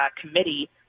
committee